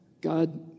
God